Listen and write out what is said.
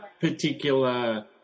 particular